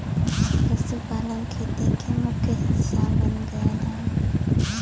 पशुपालन खेती के मुख्य हिस्सा बन गयल हौ